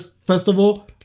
Festival